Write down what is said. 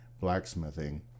blacksmithing